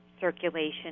circulation